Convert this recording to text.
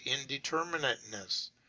indeterminateness